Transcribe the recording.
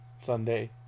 Sunday